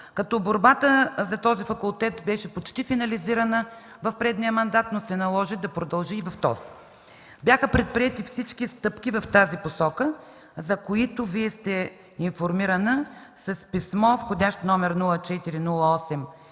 като борбата за този факултет беше почти финализирана в предния мандат, но се наложи да продължи и в този. Бяха предприети всички стъпки в тази посока, за които Вие сте информирана в писмо с вх. № 0408-97